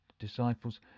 disciples